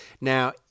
now